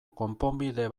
konponbide